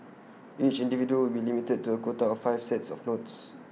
each individual will be limited to A quota of five sets of notes